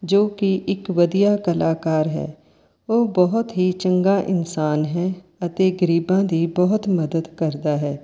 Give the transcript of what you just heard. ਜੋ ਕਿ ਇੱਕ ਵਧੀਆ ਕਲਾਕਾਰ ਹੈ ਉਹ ਬਹੁਤ ਹੀ ਚੰਗਾ ਇਨਸਾਨ ਹੈ ਅਤੇ ਗਰੀਬਾਂ ਦੀ ਬਹੁਤ ਮਦਦ ਕਰਦਾ ਹੈ